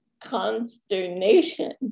Consternation